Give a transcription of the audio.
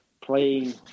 playing